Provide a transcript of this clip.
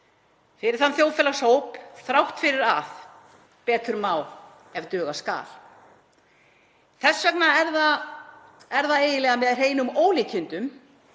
fyrir þann þjóðfélagshóp þrátt fyrir að betur megi ef duga skal. Þess vegna er það eiginlega með hreinum ólíkindum